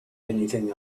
anything